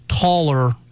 taller